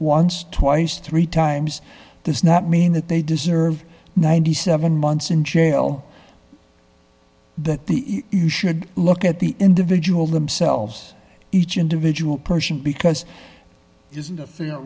once twice three times does not mean that they deserve ninety seven months in jail that the you should look at the individual themselves each individual person because it isn't a fair